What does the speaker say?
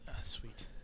Sweet